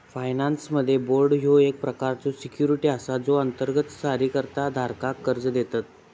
फायनान्समध्ये, बाँड ह्यो एक प्रकारचो सिक्युरिटी असा जो अंतर्गत जारीकर्ता धारकाक कर्जा देतत